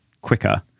quicker